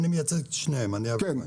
אני מייצג את שניהם, אני אעביר להם.